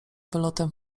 wylotem